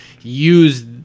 use